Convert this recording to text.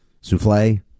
souffle